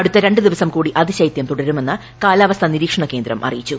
അടുത്ത രൂ ദിവസം കൂടി അതിശൈത്യം തുടരുമെന്ന് കാലാവസ്ഥാനിരീക്ഷണകേന്ദ്രം അറിയിച്ചു